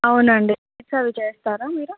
అవునండి స్వీట్స్ అవి చేస్తారా మీరు